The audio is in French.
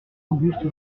auguste